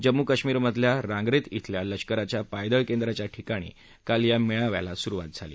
जम्मू काश्मीरमधल्यारांप्रेथ इथल्या लष्कराच्या पायदळ केंद्राच्या ठिकाणी काल या मेळाव्याला सुरुवातझाली